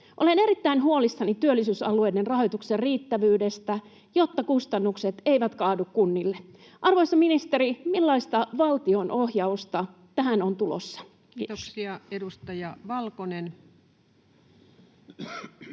Olen erittäin huolissani työllisyysalueiden rahoituksen riittävyydestä, jotta kustannukset eivät kaadu kunnille. Arvoisa ministeri, millaista valtion ohjausta tähän on tulossa? — Kiitos. Kiitoksia. — Edustaja Valkonen.